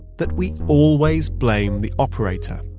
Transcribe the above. that we always blame the operator.